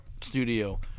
studio